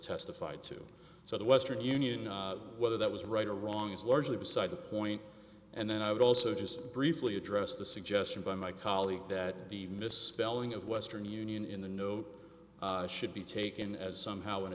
testified to so the western union whether that was right or wrong is largely beside the point and then i would also just briefly address the suggestion by my colleague that the misspelling of western union in the note should be taken as somehow an